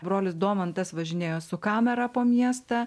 brolis domantas važinėjo su kamera po miestą